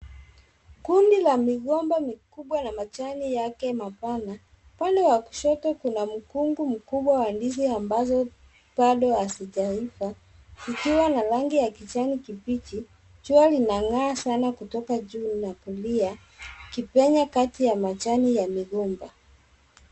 Kundi ya migomba mikubwa na majani yake mapana. Upande wa kushoto kuna mkungu mkubwa wa ndizi ambazo bado hazijaiva vikiwa na rangi ya kijani kibichi. Jua linang'aa sana kutoka juu na kulia, ikipenya kati ya majani ya migomba.